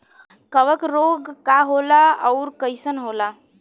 कवक रोग का होला अउर कईसन होला?